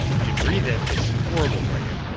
you breath it, it's horrible for you.